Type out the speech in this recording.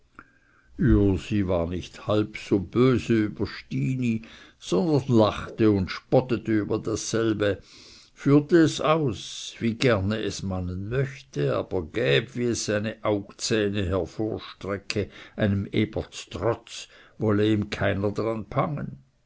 ürsi war nicht halb so böse über stini sondern lachte und spottete über dasselbe führte es aus wie gerne es mannen möchte aber gäb wie es seine augzähne hervorstrecke einem eber ztrotz wolle ihm keiner daran